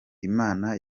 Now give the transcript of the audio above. imana